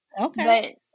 okay